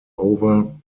over